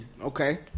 Okay